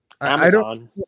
Amazon